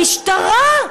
המשטרה.